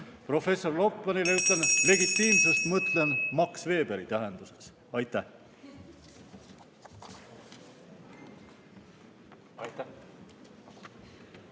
Professor Lotmanile ütlen: legitiimsust mõtlen Max Weberi tähenduses. Aitäh!